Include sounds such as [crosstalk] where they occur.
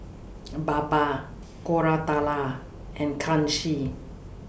[noise] Baba Koratala and Kanshi